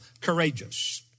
courageous